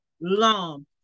long